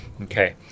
Okay